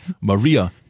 Maria